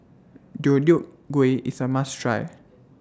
Deodeok Gui IS A must Try